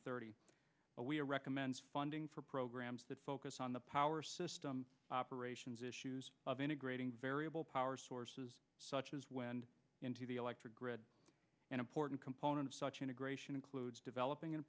thirty we are recommends funding for programs that focus on the power operations issues of integrating variable power sources such as when into the electric grid an important component of such integration includes developing and